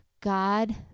God